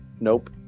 Nope